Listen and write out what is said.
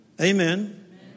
Amen